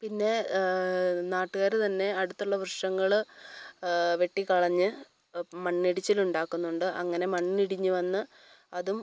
പിന്നെ നാട്ടുകാര് തന്നെ അടുത്തുള്ള വൃക്ഷങ്ങള് വെട്ടിക്കളഞ്ഞ് മണ്ണിടിച്ചിലുണ്ടാക്കുന്നുണ്ട് അങ്ങനെ മണ്ണിടിഞ്ഞ് വന്ന് അതും